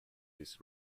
this